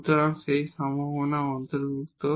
সুতরাং সেই সম্ভাবনাও অন্তর্ভুক্ত